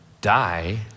die